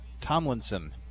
Tomlinson